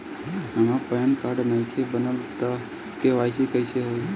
हमार PAN card नईखे बनल त के.वाइ.सी कइसे होई?